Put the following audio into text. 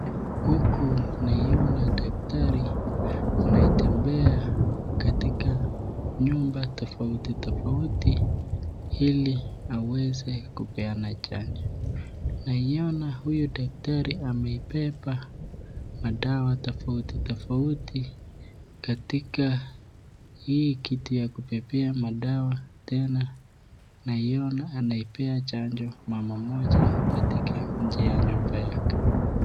Huku naiona daktari anayetembea katika nyumba tofauti tofauti ili aweze kupeana chanjo. Naiona huyu daktari ameibeba madawa tofauti tofauti katika hii kitu ya kubebea madawa. Tena naiona anaipea chanjo mama mmoja katika nje ya nyumba yake.